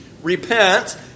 repent